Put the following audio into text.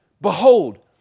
behold